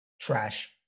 trash